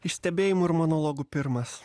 iš stebėjimų ir monologų pirmas